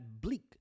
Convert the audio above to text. bleak